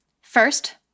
First